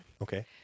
Okay